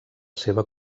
seva